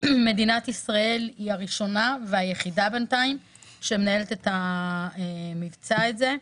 מדינת ישראל היא הראשונה והיחידה בינתיים שמנהלת את המבצע הזה.